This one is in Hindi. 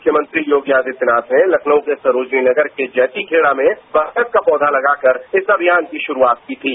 मुख्यमंत्री योगी आदित्यनाथ ने लखनऊ के सरोजनी नगर के जैतीखेड़ा में बरगद का पौधा लगाकर इस अभियान की शुरुआत की थी